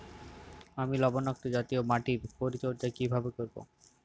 আমি লবণাক্ত জাতীয় মাটির পরিচর্যা কিভাবে করব?